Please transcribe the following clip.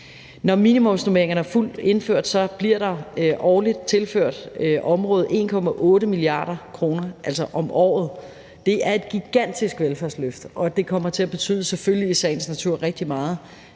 Når minimumsnormeringerne er fuldt indført, bliver der årligt tilført området 1,8 mia. kr., altså om året. Det er et gigantisk velfærdsløft, og det kommer i sagens natur selvfølgelig